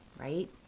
Right